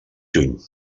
juny